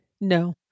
no